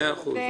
מאה אחוז.